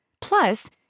Plus